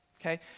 Okay